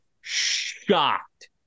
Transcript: shocked